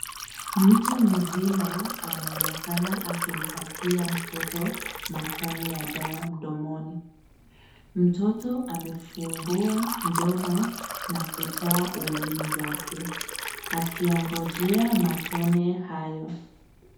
Mtu mzima anaonekana akimpatia mtoto matone ya dawa mdomoni . Mtoto amefungua mdomo na kutoa ulimi wake akiongojea matone hayo.